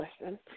listen